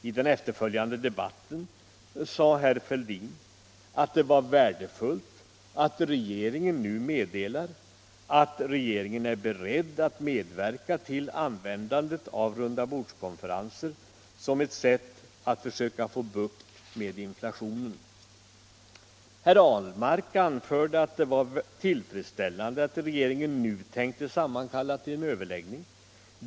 I den efterföljande debatten sade herr Fälldin att det var värdefullt att regeringen nu meddelar att regeringen är beredd att medverka till användandet av rundabordskonferenser som ett sätt att försöka få bukt med inflationen. Herr Ahlmark anförde att det var tillfredsställande att regeringen nu tänkte kalla till en överläggning.